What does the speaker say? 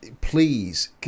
please